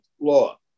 Law